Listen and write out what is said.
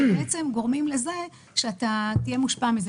שגורמים לכך שהמחקר יהיה מושפע מהם.